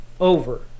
over